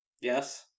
Yes